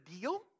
deal